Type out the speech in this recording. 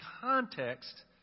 context